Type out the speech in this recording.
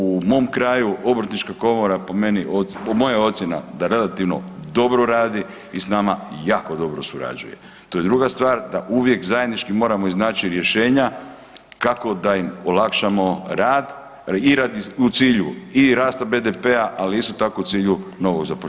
U mom kraju Obrtnička komora po mojoj ocjeni da relativno dobro radi i s nama jako dobro surađuje, to je druga stvar da uvijek zajednički moramo iznaći rješenja kako da im olakšamo rad i u cilju i rasta BDP-a, ali isto tako u cilju novog zapošljavanja.